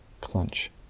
clench